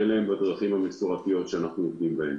בדרכים המסורתיות שאנחנו עובדים בהן.